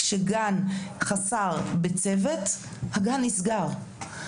כשגן חסר בצוות הגן נסגר.